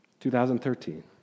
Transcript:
2013